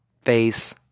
face